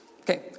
Okay